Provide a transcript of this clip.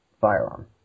firearm